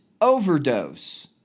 overdose